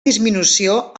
disminució